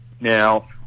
Now